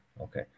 okay